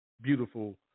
beautiful